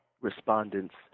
respondents